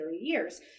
years